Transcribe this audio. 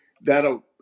that'll